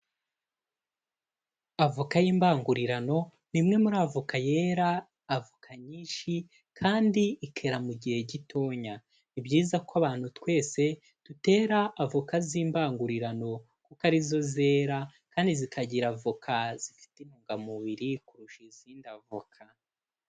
Avoka y'imbangurirano ni imwe muri avoka yera avo nyinshi kandi ikera mu gihe gitoya. Ni byiza ko abantu twese dutera avoka z'imbangurirano kuko ari zo zera kandi zikagira avoka zifite intungamubiri kurusha izindi avoka.